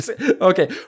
okay